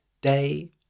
day